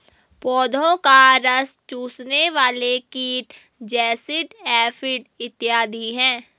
पौधों का रस चूसने वाले कीट जैसिड, एफिड इत्यादि हैं